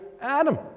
Adam